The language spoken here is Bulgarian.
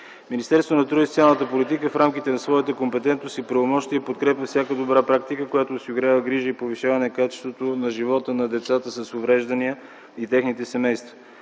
Министерството на труда и социалната политика в рамките на своята компетентност и правомощия подкрепя всяка добра практика, която осигурява грижи и повишаване качеството на живота на децата с увреждания и техните семейства.